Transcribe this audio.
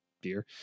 beer